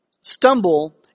stumble